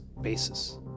basis